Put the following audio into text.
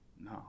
No